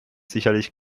sicherlich